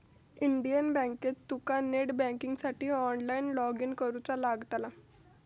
Indian बँकेत तुका net बँकिंगसाठी ऑनलाईन लॉगइन करुचा लागतला